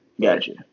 Gotcha